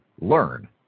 Learn